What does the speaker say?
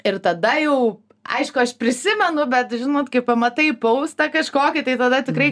ir tada jau aišku aš prisimenu bet žinot kai pamatai poustą kažkokį tai tada tikrai